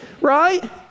Right